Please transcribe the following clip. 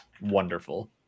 wonderful